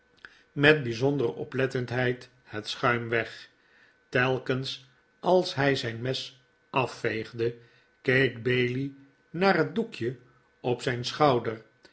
met bijzondere oplettendheid het schuim weg telkens als hij zijn mes afveegde keek bailey naar het doekje op zijn schouder